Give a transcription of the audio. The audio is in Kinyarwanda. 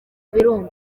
birunga